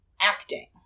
acting